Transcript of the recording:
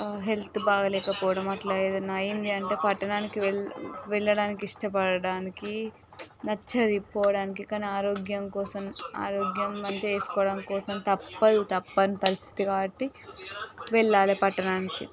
health బాగలేకపోవడం అట్లా ఏదన్నా అయింది అంటే పట్టణానికి వెళ్ళడానికి ఇష్టపడడానికి నచ్చదు పోవడానికి కానీ ఆరోగ్యం కోసం ఆరోగ్యం మంచిగా చేసుకోవడం కోసం తప్పదు తప్పనిపరిస్థితి కాబట్టి వెళ్ళాలి పట్టణానికి